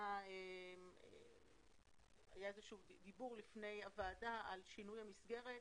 היה דיבור על שינוי המסגרת